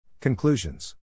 Conclusions